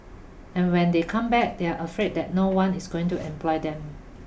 and when they come back they are afraid that no one is going to employ them